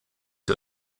ihr